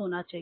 होना चाहिए